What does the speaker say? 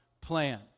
plan